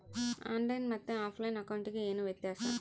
On line ಮತ್ತೆ ಆಫ್ಲೈನ್ ಅಕೌಂಟಿಗೆ ಏನು ವ್ಯತ್ಯಾಸ?